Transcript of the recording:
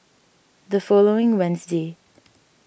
the following Wednesday